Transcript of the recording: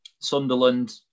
Sunderland